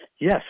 yes